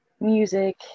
music